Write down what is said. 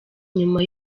nyuma